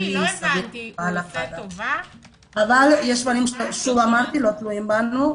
כמו שאמרתי יש דברים שלא תלויים בנו,